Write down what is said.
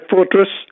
Fortress